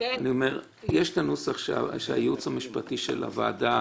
יש את הנוסח שהייעוץ המשפטי של הוועדה